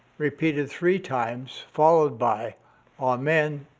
repeated three times, followed by amen,